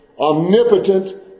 omnipotent